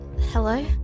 Hello